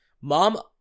Mom